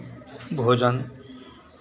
भोजन